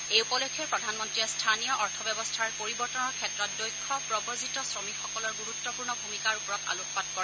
এই উপলক্ষে প্ৰধানমন্ত্ৰীয়ে স্থানীয় অৰ্থব্যৱস্থাৰ পৰিৱৰ্তনৰ ক্ষেত্ৰত দক্ষ প্ৰৱজিত শ্ৰমিকসকলৰ গুৰুতপূৰ্ণ ভূমিকাৰ ওপৰত আলোকপাত কৰে